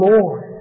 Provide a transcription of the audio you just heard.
Lord